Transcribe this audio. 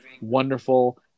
wonderful